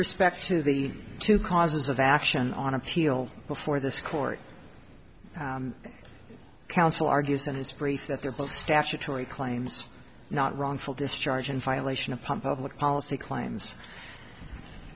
respect to the two causes of action on appeal before this court counsel argues in his brief that they're both statutory claims not wrongful discharge and violation of public policy claim